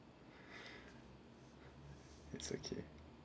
it's okay